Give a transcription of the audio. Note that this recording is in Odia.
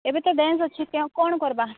ଏବେ ତ ଡ୍ୟାନ୍ସ ଅଛି କେ କ'ଣ କର୍ବା